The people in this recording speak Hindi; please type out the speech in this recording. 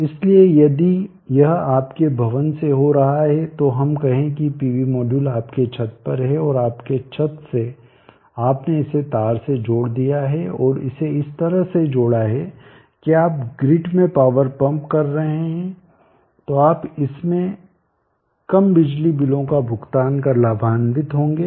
इसलिए यदि यह आपके भवन से हो रहा है तो हम कहें कि पीवी मॉड्यूल आपके छत पर हैं और आपके छत से आपने इसे तार से जोड़ दिया है और इसे इस तरह से जोड़ा है कि आप ग्रिड में पावर पंप कर रहे हैं तो आप इसमें कम बिजली बिलों का भुगतान कर लाभान्वित होंगे